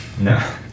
No